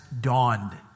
dawned